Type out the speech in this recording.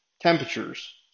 temperatures